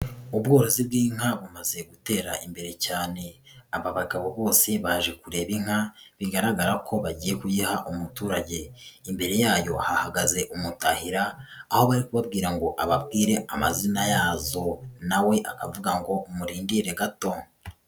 Ubworozi bw'inka bumaze gutera imbere cyane. Aba bagabo bose baje kureba inka, bigaragara ko bagiye kuyiha umuturage. Imbere yayo ahahagaze umutahira, aho bari kubabwira ngo ababwire amazina yazo na we akavuga ngo murindire gato.